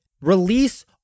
release